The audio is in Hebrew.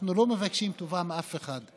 אנחנו לא מבקשים טובה מאף אחד.